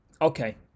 Okay